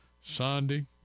Sunday